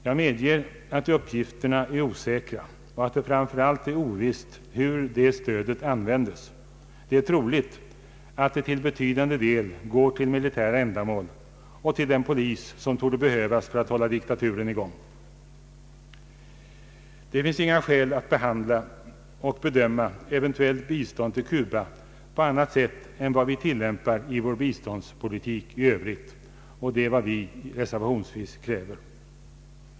Jag medger att uppgifterna är osäkra och att det framför allt är ovisst hur det stödet används. Det är troligt att det till betydande del går till militära ändamål och till den polis som torde behövas för att hålla diktaturen i gång. Det finns inga skäl att behandla och bedöma eventuellt bistånd till Cuba på annat sätt än vad vi tillämpar i vår biståndspolitik i övrigt, och det är vad vi reservationsvis framhåller.